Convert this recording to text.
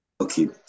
Okay